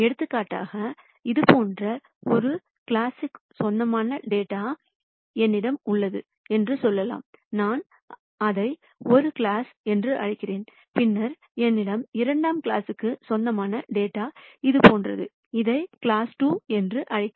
எடுத்துக்காட்டாக இது போன்ற ஒரு கிளாஸ்க்கு சொந்தமான டேட்டாஎன்னிடம் உள்ளது என்று சொல்லலாம் நான் அதை ஒரு கிளாஸ் என்று அழைக்கிறேன் பின்னர் என்னிடம் இரண்டாம் கிளாஸ்க்கு சொந்தமான டேட்டா இது போன்றது இதை கிளாஸ் 2 என்று அழைக்கவும்